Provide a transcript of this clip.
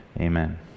Amen